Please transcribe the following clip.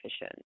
efficient